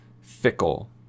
fickle